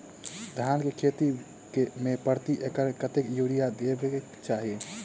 धान केँ खेती मे प्रति एकड़ कतेक यूरिया देब केँ चाहि?